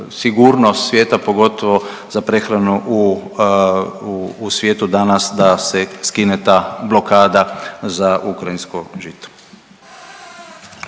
sigurnost svijeta, pogotovo za prehranu u, u svijetu danas da se skine ta blokada za ukrajinsko žito.